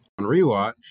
rewatch